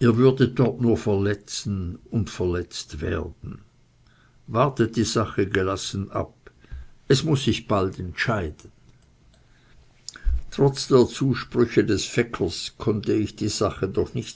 ihr würdet dort nur verletzen und verletzt werden wartet der sache gelassen ab es muß sich bald entscheiden trotz der zusprüche des feckers konnte ich die sache doch nicht